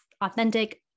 authentic